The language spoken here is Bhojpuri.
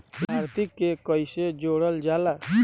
लभार्थी के कइसे जोड़ल जाला?